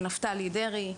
לנפתלי דרעי,